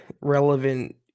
relevant